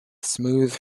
smooth